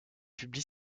publie